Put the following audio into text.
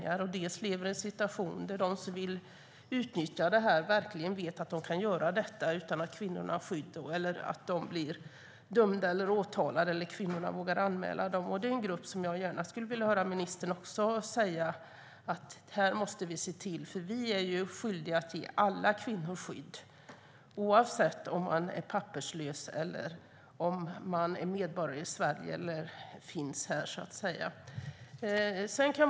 Dessutom lever dessa kvinnor i en situation där de som vill utnyttja dem vet att de kan göra det utan att bli åtalade eller dömda. De vet att kvinnorna inte vågar anmäla dem. Jag skulle gärna vilja höra ministern säga att vi måste se till den gruppen, för vi är skyldiga att ge alla kvinnor skydd oavsett om de är papperslösa, medborgare i Sverige eller bara vistas här.